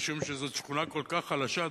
משום שזאת שכונה כל כך חלשה,